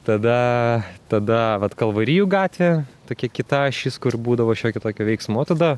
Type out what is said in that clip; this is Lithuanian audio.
tada tada vat kalvarijų gatvė tokia kita ašis kur būdavo šiokio tokio veiksmo o tada